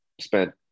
spent